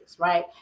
right